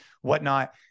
whatnot